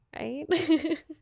right